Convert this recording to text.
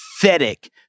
pathetic